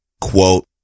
Quote